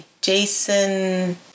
Jason